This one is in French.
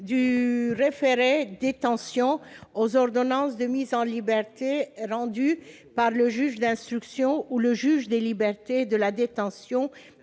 pourrait s'appliquer aux ordonnances de mise en liberté « rendues par le juge d'instruction ou le juge des libertés et de la détention,